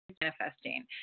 manifesting